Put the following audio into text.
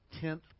tenth